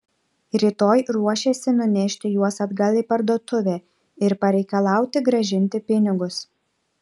rytoj ruošėsi nunešti juos atgal į parduotuvę ir pareikalauti grąžinti pinigus